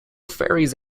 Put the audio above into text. ferries